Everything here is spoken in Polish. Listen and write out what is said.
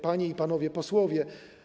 Panie i Panowie Posłowie!